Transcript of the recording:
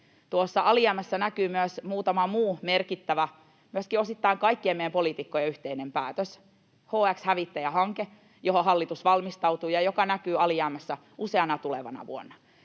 Tuossa alijäämässä näkyy myös muutama muu merkittävä päätös, osittain myöskin kaikkien meidän poliitikkojen yhteinen päätös, HX-hävittäjähanke, johon hallitus valmistautuu ja joka näkyy alijäämässä useana tulevana vuonna.